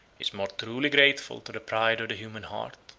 is more truly grateful to the pride of the human heart,